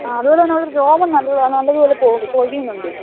അതുപോലെതന്നെ അവളുടെ രോമം നല്ല നല്ലത് പോലെ പൊഴിയുന്നുണ്ട്